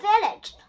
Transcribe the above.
village